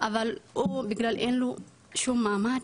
אבל הוא בגלל שאין לו שום מעמד,